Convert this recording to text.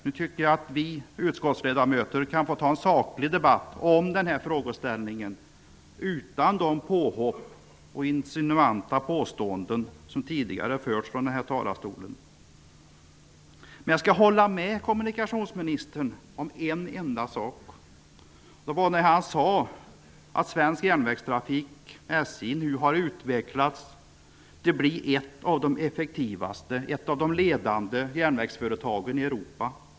Nu tycker jag att vi utskottsledamöter skall föra en saklig debatt i frågan, utan de påhopp och insinuanta påståenden som vi tidigare hört från talarstolen. Jag kan dock hålla med kommunikationsministern om en sak. Han sade att svensk järnvägstrafik, SJ, nu har utvecklats till att bli ett av de effektivaste och ledande järnvägsföretagen i Europa.